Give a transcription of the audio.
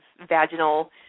vaginal